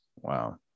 Wow